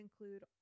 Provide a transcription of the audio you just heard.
Include